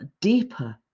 deeper